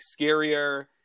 scarier